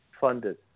funded